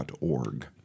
org